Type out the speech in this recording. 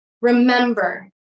remember